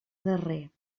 darrer